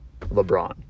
LeBron